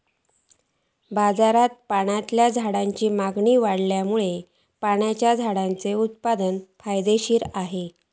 बाजारात पाण्यातल्या झाडांची मागणी वाढल्यान पाण्याच्या झाडांचा उत्पादन फायदेशीर असा